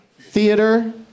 Theater